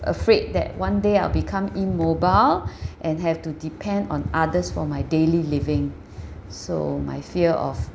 afraid that one day I'll become immobile and have to depend on others for my daily living so my fear of